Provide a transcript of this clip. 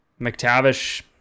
McTavish